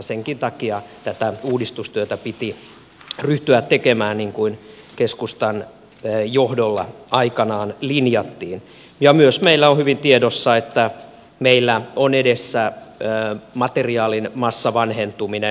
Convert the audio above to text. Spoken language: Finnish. senkin takia tätä uudistustyötä piti ryhtyä tekemään niin kuin keskustan johdolla aikanaan linjattiin ja myös meillä on hyvin tiedossa että meillä on edessä materiaalin massavanhentuminen